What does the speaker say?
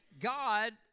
God